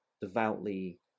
devoutly